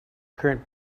current